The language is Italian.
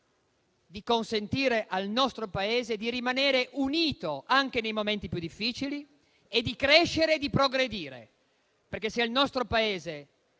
di consentire al nostro Paese di rimanere unito anche nei momenti più difficili, di crescere e progredire. Il nostro Paese